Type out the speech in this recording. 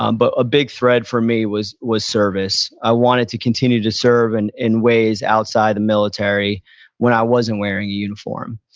um but a big thread for me was was service. i wanted to continue to serve and in ways outside the military when i wasn't wearing a uniform.